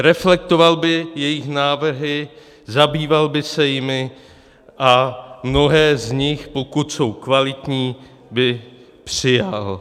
Reflektoval by její návrhy, zabýval by se jimi a mnohé z nich, pokud jsou kvalitní, by přijal.